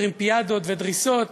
וטרמפיאדות ודריסות,